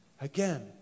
Again